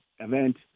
event